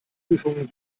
prüfung